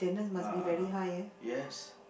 ah yes